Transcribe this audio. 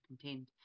contained